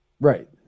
Right